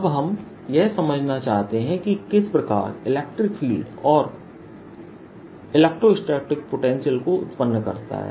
अब हम यह समझना चाहते हैं कि यह किस प्रकार इलेक्ट्रिक फील्ड और इलेक्ट्रोस्टेटिक पोटेंशियल को उत्पन्न करता है